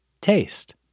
Taste